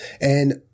And-